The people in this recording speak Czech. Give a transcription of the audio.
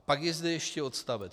Pak je zde ještě odst.